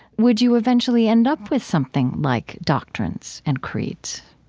would you eventually end up with something like doctrines and creeds?